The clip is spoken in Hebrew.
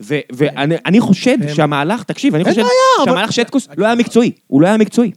ו.. ו.. אני חושב שהמהלך, תקשיב, אין עיה... אני חושב שהמהלך שטקוס לא היה מקצועי, הוא לא היה מקצועי.